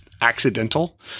accidental